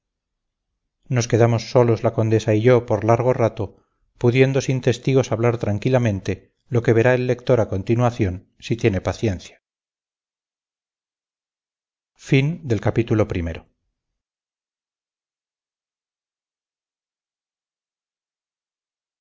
nos quedamos solos la condesa y yo por largo rato pudiendo sin testigos hablar tranquilamente lo que verá el lector a continuación si tiene paciencia arribaabajo ii